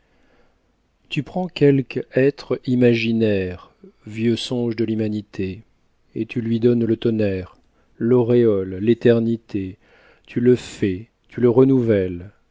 tu prends quelque être imaginaire vieux songe de l'humanité et tu lui donnes le tonnerre l'auréole l'éternité tu le fais tu le renouvelles